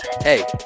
Hey